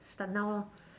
start now lor